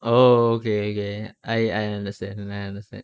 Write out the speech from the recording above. oh okay okay I I understand I understand